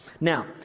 Now